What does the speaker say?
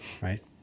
right